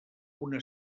una